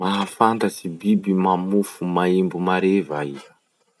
Mahafantatsy biby mamofo maimbo mare va iha?